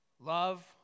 Love